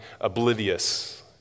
oblivious